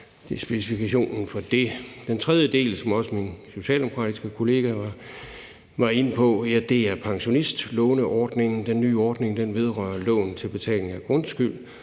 ind på specifikationen for det. Den tredje del, som også min socialdemokratiske kollega var inde på, er pensionistlåneordningen. Den nye ordning vedrører lån til betaling af grundskyld,